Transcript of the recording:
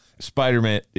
Spider-Man